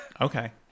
okay